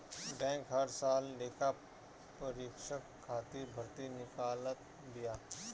bank हर साल लेखापरीक्षक खातिर भर्ती निकालत बिया